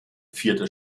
vierte